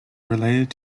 related